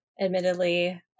admittedly